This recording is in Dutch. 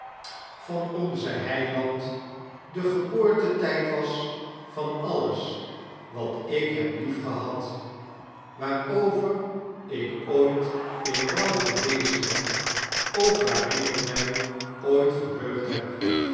van omen hai'land de geboorte-tijd was van alles wat ik heb liefgehad waarover ik ooit in rouw geweest ben of waarin ik mij ooit vertheugd heb